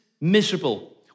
miserable